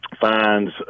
finds